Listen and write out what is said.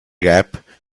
gap